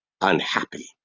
unhappy